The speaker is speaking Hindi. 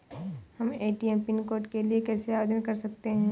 हम ए.टी.एम पिन कोड के लिए कैसे आवेदन कर सकते हैं?